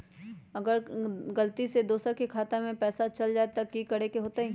अगर गलती से दोसर के खाता में पैसा चल जताय त की करे के होतय?